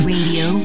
Radio